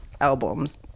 albums